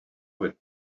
would